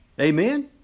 Amen